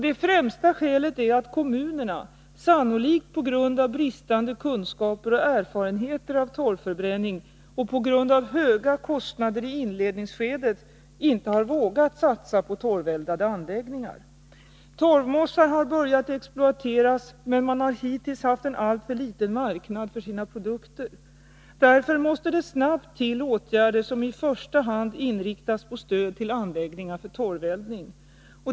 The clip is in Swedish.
Det främsta skälet är att kommunerna, sannolikt på grund av bristande kunskaper om och erfarenheter av torvförbränning och på grund av höga kostnader i inledningsskedet, inte har vågat satsa på torveldade anläggningar. Torvmossar har börjat exploateras, men man har hittills haft en alltför liten marknad för sina produkter. Därför måste det snabbt till åtgärder som i första hand inriktas på stöd till anläggningar för torveldning.